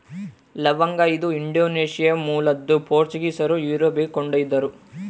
ಲವಂಗ ಇದು ಇಂಡೋನೇಷ್ಯಾ ಮೂಲದ್ದು ಪೋರ್ಚುಗೀಸರು ಯುರೋಪಿಗೆ ಕೊಂಡೊಯ್ದರು